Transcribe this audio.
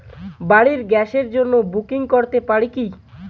বাড়ির গ্যাসের জন্য বুকিং করতে পারি কি?